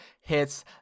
hits